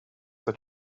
that